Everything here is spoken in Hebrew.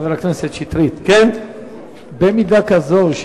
חבר הכנסת שטרית: במידה כזו,